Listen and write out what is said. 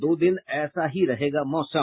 दो दिन ऐसे ही रहेगा मौसम